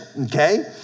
okay